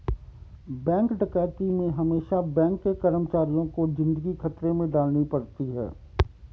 bank डकैती में हमेसा बैंक के कर्मचारियों को जिंदगी खतरे में डालनी पड़ती है